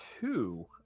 two